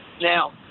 Now